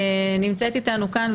נמצאת איתנו כאן,